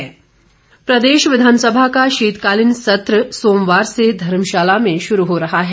बिंदल प्रदेश विधानसभा का शीतकालीन सत्र सोमवार से धर्मशाला में शुरू हो रहा है